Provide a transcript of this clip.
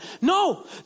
No